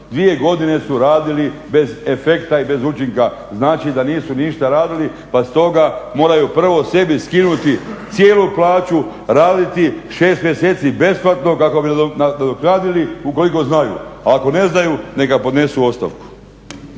Dvije godine su radili bez efekta i bez učinka, znači da nisu ništa radili pa stoga moraju prvo sebi skinuti cijelu plaću, raditi 6 mjeseci besplatno kako bi nadoknadili ukoliko znaju a ako ne znaju neka podnesu ostavku.